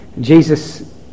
Jesus